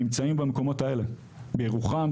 נמצאים במקומות האלה בירוחם,